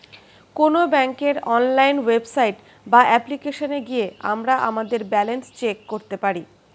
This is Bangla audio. কোনো ব্যাঙ্কের অনলাইন ওয়েবসাইট বা অ্যাপ্লিকেশনে গিয়ে আমরা আমাদের ব্যালেন্স চেক করতে পারি